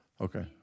Okay